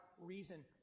reason